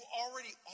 already